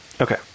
Okay